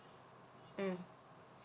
mm